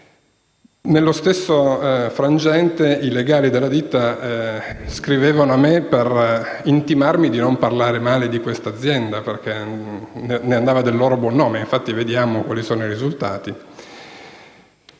Nello stesso frangente i legali della ditta mi scrivevano per intimarmi di non parlare male dell'azienda perché ne andava del suo buon nome e, infatti, vediamo quali sono stati i risultati.